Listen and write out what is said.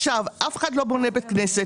אף אחד לא בונה בית כנסת.